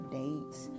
dates